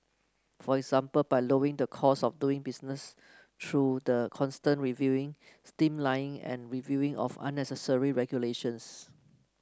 for example by lowering the cost of doing business through the constant reviewing streamlining and reviewing of unnecessary regulations